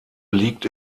liegt